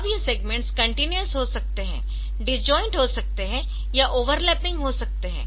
अब ये segments continuous हो सकते है डिसजोइन्ट हो सकते है या ओवरलैपिंग हो सकते है